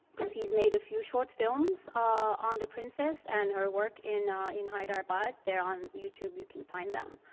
because he's made a few short films ah on the princess and her work in in hyderabad. there on youtube you can find them.